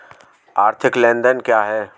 आर्थिक लेनदेन क्या है?